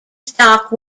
stock